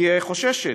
היא חוששת.